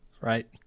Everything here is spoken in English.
Right